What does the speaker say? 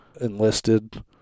enlisted